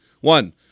one